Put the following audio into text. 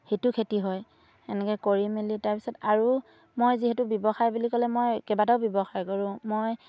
সিটো খেতি হয় এনেকৈ কৰি মেলি তাৰ পিছত আৰু মই যিহেতু ব্যৱসায় বুলি ক'লে মই কেইবাটাও ব্যৱসায় কৰোঁ মই